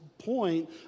point